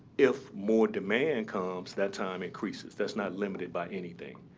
if more demand comes, that time increases. that's not limited by anything.